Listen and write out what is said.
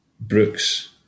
Brooks